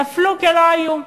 נפלו כלא היו.